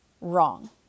wrong